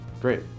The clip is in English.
Great